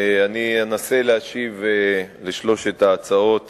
אני אנסה להשיב לשלושת ההצעות